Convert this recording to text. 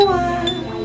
one